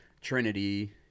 Trinity